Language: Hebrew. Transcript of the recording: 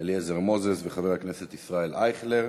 אליעזר מוזס וחבר הכנסת ישראל אייכלר.